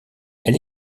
elle